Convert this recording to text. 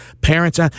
parents